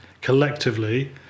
collectively